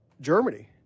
Germany